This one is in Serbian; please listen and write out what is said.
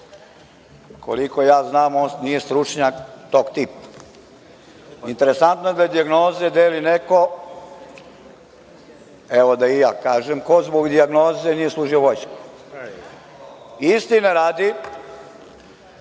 Koliko ja znam, on nije stručnjak tog tipa. Interesantno je da dijagnoze deli neko, evo da i ja kažem, ko zbog dijagnoze nije služio vojsku. Istine radi,